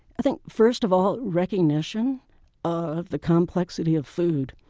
i think, first of all, recognition of the complexity of food,